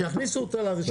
שיכניסו אותנו לרשימה.